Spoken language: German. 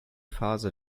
phase